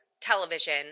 television